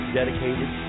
dedicated